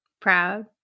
proud